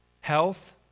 health